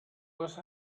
was